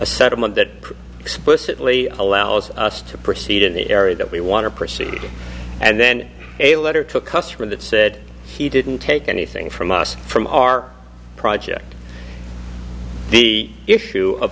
settlement that explicitly allows us to proceed in the area that we want to proceed and then a letter to a customer that said he didn't take anything from us from our project the issue of